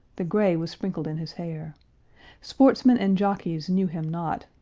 the gray was sprinkled in his hair sportsmen and jockeys knew him not,